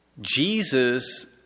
Jesus